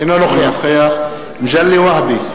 אינו נוכח מגלי והבה,